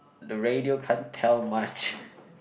the radio can't tell much